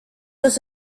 oes